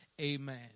amen